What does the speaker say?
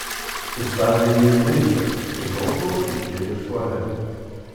sustabdė jį zuika kai volkovas išėjo iš tualeto